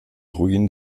ruinen